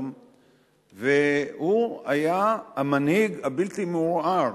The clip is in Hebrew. והוא היה המנהיג הבלתי-מעורער,